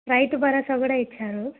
రైతు భరోసా కూడా ఇచ్చారు